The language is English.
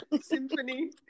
Symphony